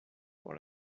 pour